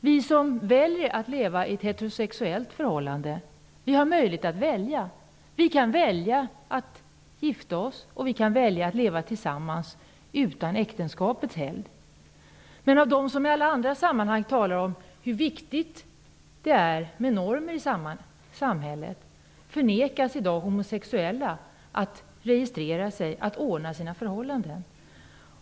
Vi som väljer att leva i ett heterosexuellt förhållande har möjlighet att välja. Vi kan välja att gifta oss, och vi kan välja att leva tillsammans utan äktenskapets helgd. Men av dem som i alla andra sammanhang talar om hur viktigt det är med normer i samhället förnekas i dag homosexuella att registrera sig, att ordna sina förhållanden.